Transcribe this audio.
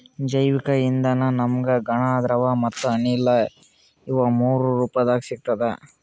ಜೈವಿಕ್ ಇಂಧನ ನಮ್ಗ್ ಘನ ದ್ರವ ಮತ್ತ್ ಅನಿಲ ಇವ್ ಮೂರೂ ರೂಪದಾಗ್ ಸಿಗ್ತದ್